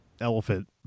elephant